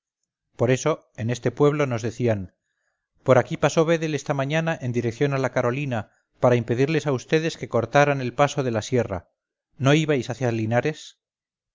por eso en este pueblo nos decían por aquí pasó vedel esta mañana en dirección a la carolina para impedirles a vds que cortaranel paso de la sierra no ibais hacia linares